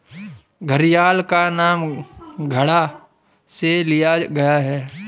घड़ियाल का नाम घड़ा से लिया गया है